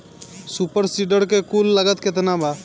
Super seeder के कुल लागत केतना बा?